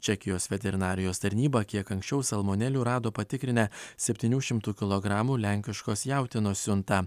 čekijos veterinarijos tarnyba kiek anksčiau salmonelių rado patikrinę septynių šimtų kilogramų lenkiškos jautienos siuntą